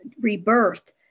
rebirth